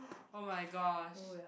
oh-my-gosh